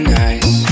nice